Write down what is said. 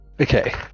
Okay